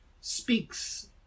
speaks